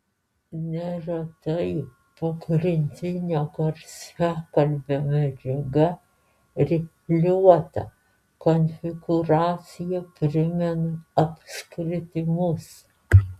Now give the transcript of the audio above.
neretai pagrindinio garsiakalbio medžiaga rifliuota konfigūracija primena apskritimus